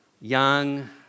young